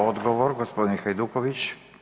Odgovor g. Hajduković.